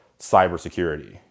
cybersecurity